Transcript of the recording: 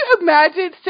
imagine